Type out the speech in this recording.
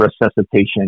resuscitation